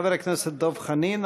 חבר הכנסת דב חנין,